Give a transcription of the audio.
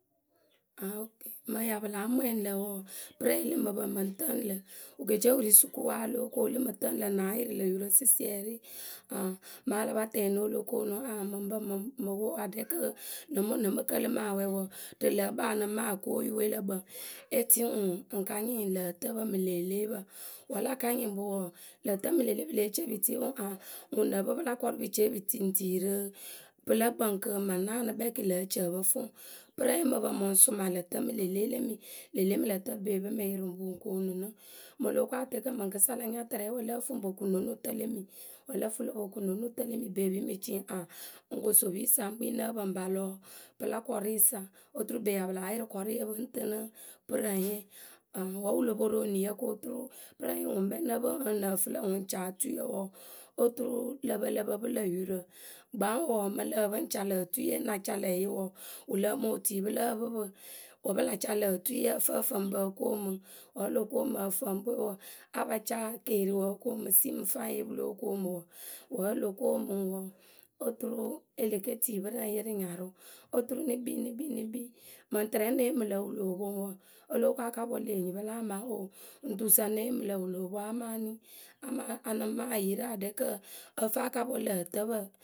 okée, mɨŋ pɨ ya láa mwɛŋ lǝ̈ wǝǝ, pɨrǝŋye lǝh mɨ pǝ mɨ ŋ tǝǝnɨ lǝ̈ wǝ ke ce wǝ ri sukuwǝ wǝ́ a lóo ko lǝ mɨ tǝǝnɨ lǝ̈ ŋ náa yɩrɩ lǝ̈ yurǝ sɩsiɛrɩ mɨŋ a la pa tɛɛnɩ o lo koonu ŋwǝ aŋ mɨ ŋ pǝ aɖɛ kɨ nɨ mɨ ŋwǝ nɨ mɨ kǝlɨ mɨ awɛ wǝǝ, rǝ lǝ̌ kpǝŋ a lǝŋ maa o ko yǝwe lǝ kpǝŋ e tii ŋwǝ ŋ ka nyɩŋ lǝ̈ ǝtǝpǝ mɨ lë elepǝ. Wǝ́ la ka nyɩŋ pɨ wǝǝ, lǝ̂ tǝ mɨ le lë pɨ lée ce pɨ tii ŋwǝ aŋ ŋwǝ nǝ pɨ pɨla kɔrʊ pɨ ce pɨ tii ŋ tii rǝrǝ pɨ lǝ kpǝŋ kɨ mɨ ŋ naanɨ kpɛŋ kɨ ŋlǝ̈ e ci ǝ pǝ fɨ ŋwǝ. Pɨrǝŋye ŋ mɨ pǝ mɨ ŋ sʊmǝ lǝ̈ tǝ mɨ lë le lemi. Lë mɨ lǝ̈ tǝ ŋwe pɨ ŋ mɨ yɩrɩ ŋwǝ pɨ ŋ koonu nɨ. Mǝŋ lo ko atɛɛkǝ mǝŋkɨsa la nya tɨrɛ we lǝ́ǝ fɨ ŋ po kuŋ no nutǝ peni. Wǝ́ lǝ fɨ lo po kuŋ no nutǝpeni ŋpɛ pɨ ŋ mɨ ci aŋ ŋ kosopi sa ŋ kpii ŋ nǝ́ǝ pǝ ŋ pa lɔ pɨla kɔrʊyǝ sa oturu ŋpe pɨ ya láa yɩrɩ kɔrʊye pɨ ŋ tɨnɨ pɨrǝŋye. Aŋ wǝ́ mǝŋ wǝ lo po ro eniyǝ koturu pɨrǝŋye ŋwǝ ŋkpɛ ŋ nǝ pɨ ŋ ŋwǝ nǝh fɨ lǝ̈ ŋ ca otui wǝǝ, oturu lǝ pǝ lǝ pǝ pɨ lǝ̈ yurǝ. Gbaŋ wɔɔ mɨŋ lǝh pɨ ŋ ca lǝ̈ otuiye wǝ́ ŋ na ca lǝ̈ yǝ wɔɔ. wǝ lǝǝmǝ otui pɨ lǝ́ǝ pɨ pɨ. W;ẃ pǝ la ca lǝ̈ otuiye ǝ fɨ ǝfǝŋpǝ o ko mɨ wǝ́ o lo koomɨ ǝfǝŋpǝwe wɔɔ, a pa caa keeriwǝ o koomɨ siimɨ faiŋye pɨ lóo koomɨ wǝ. Oturu e le ke tii pɨrǝŋye rɨ nyarʊ oturu nɨ kpii nɨ kpii nɨ kpii mǝŋ tɨrɛ ŋ ne yee mɨ lǝ̈ wǝ loo poŋ wǝǝ, o lóo ko a ka pɔ lë enyipǝ la amaa o ŋ tu sa ŋ ne yee mɨ lǝ̈ wǝ lo poŋ amaa eni, amaa a lǝŋ maa e yi rǝ kɨ ǝ fɨ a ka pɔ lǝ̈ǝtǝpǝ.